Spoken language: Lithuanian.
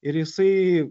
ir jisai